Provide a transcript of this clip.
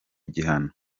gihano